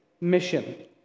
mission